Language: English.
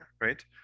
right